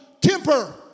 temper